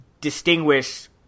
distinguish